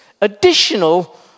additional